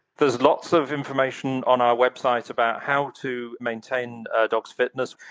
there's lots of information on our website about how to maintain a dog's fitness.